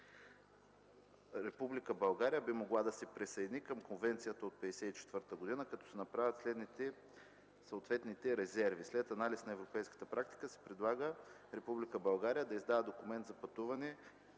България би могла да се присъедини към Конвенцията от 1954 г., като се направят съответните резерви. След анализ на европейската практика се предлага Република България да издава документ за пътуване